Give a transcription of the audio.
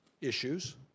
issues